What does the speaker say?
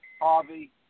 Harvey